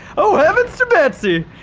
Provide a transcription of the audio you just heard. oh heavens to betsy!